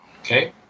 Okay